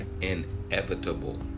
inevitable